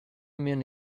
men